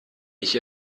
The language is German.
ich